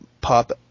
Pop